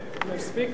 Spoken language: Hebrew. מספיק?